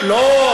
לא,